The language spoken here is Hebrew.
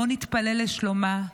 בואו נתפלל לשלומה,